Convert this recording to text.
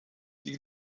die